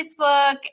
Facebook